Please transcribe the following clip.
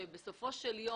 שבסופו של יום,